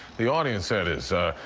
the audience, that is.